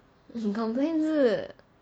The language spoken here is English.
complain 是